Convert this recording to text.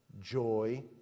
Joy